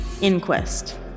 InQuest